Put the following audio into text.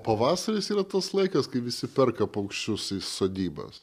pavasaris yra tas laikas kai visi perka paukščius į sodybas